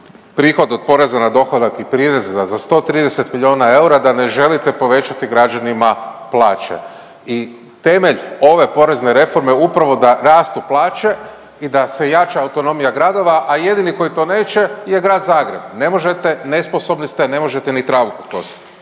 prihod od poreza na dohodak i prirez za 130 miljona eura da ne želite povećati građanima plaće. I temelj ove porezne reforme je upravo da rastu plaće i da se jača autonomija gradova, a jedini koji to neće je Grad Zagreb. Ne možete, nesposobni ste, ne možete ni travu pokosit.